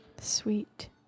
Sweet